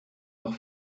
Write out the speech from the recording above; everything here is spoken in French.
leurs